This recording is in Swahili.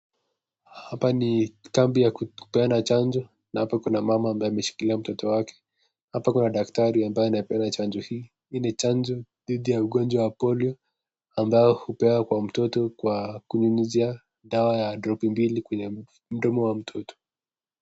Hapa ni kitabu ya kupeana chanjo na hapa kuna mama ambaye ameshikilia mtoto wake hapa kuna daktari ambaye anapeana chanjo hii ni chanjo dhidi ya ugonjwa wa polio ambayo hupewa kwa mtoto kwa kunyunyizia dawa ya drop mbili kwenye mdomo wa mtoto.